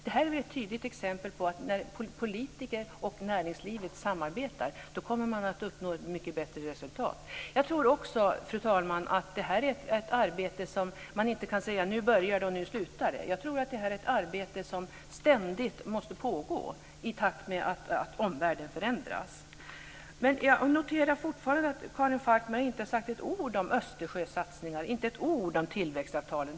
Det här är ett tydligt exempel på att när politiker och näringslivet samarbetar då kommer man att uppnå ett bättre resultat. Jag tror också att det här är ett arbete där man inte kan säga: Nu börjar det, och nu slutar det. Det är ett arbete som ständigt måste pågå i takt med att omvärlden förändras. Jag noterar fortfarande att Karin Falkmer inte sagt ett ord om Östersjösatsningarna, inte ett ord om tillväxtavtalen.